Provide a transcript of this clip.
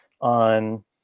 on